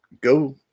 go